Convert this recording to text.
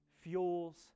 fuels